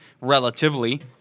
relatively